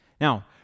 Now